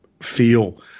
feel